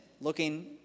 looking